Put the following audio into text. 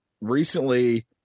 recently